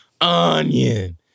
onion